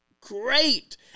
great